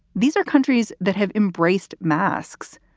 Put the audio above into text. these are countries that have embraced masks.